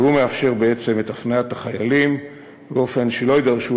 והוא מאפשר בעצם את הפניית החיילים באופן שלא יידרשו